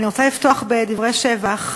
אני רוצה לפתוח בדברי שבח.